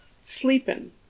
sleeping